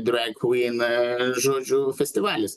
drag queen na žodžiu festivalis